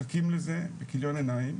מחכים לזה בכיליון עיניים,